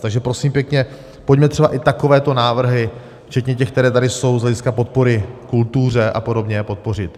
Takže prosím pěkně, pojďme třeba i takovéto návrhy včetně těch, které tady jsou z hlediska podpory kultuře a podobně, podpořit.